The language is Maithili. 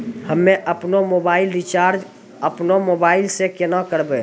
हम्मे आपनौ मोबाइल रिचाजॅ आपनौ मोबाइल से केना करवै?